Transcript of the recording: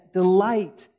delight